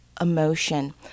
emotion